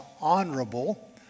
honorable